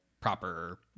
proper